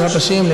בעזרת השם,